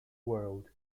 world